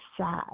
sad